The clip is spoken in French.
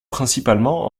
principalement